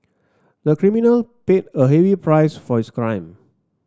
the criminal paid a heavy price for his crime